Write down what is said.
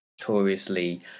Notoriously